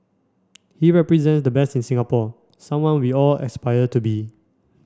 he represent the best in Singapore someone we all aspire to be